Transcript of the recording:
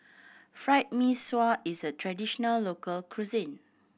Fried Mee Sua is a traditional local cuisine